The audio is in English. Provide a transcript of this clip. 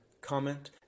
comment